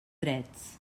drets